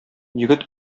егет